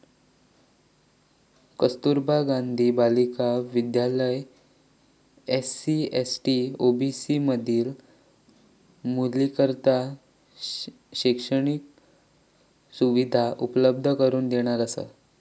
कस्तुरबा गांधी बालिका विद्यालय SC, ST, OBC मधील मुलींकरता शैक्षणिक सुविधा उपलब्ध करून देणारा असा